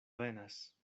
venas